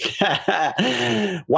Wow